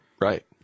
Right